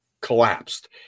collapsed